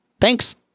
Thanks